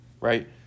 right